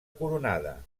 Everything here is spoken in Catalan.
coronada